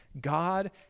God